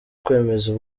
kwemeza